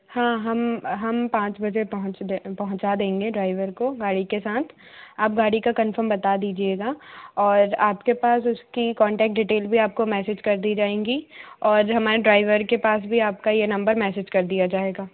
हाँ हम हम पाँच बजे पहुँच पहुँचा देंगे ड्राइवर को गाड़ी के साथ आप गाड़ी का कंफ़र्म बता दीजिएगा और आपके पास उसकी कॉन्टैक्ट डिटेल भी आपको मैसेज कर दी जाएगी और हमारे ड्राइवर के पास भी आपका ये नंबर मैसेज कर दिया जाएगा